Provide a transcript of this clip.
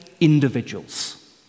individuals